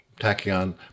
tachyon